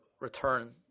return